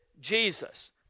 Jesus